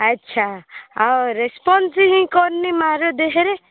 ଆଚ୍ଛା ଆଉ ରେସ୍ପନ୍ସ ହିଁ କରୁନି ମା'ର ଦେହରେ